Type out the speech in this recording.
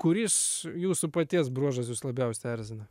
kuris jūsų paties bruožas jus labiausia erzina